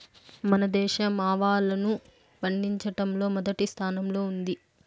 మన దేశం ఆవాలను పండిచటంలో మొదటి స్థానం లో ఉంది